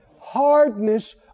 hardness